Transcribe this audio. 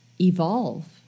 evolve